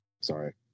sorry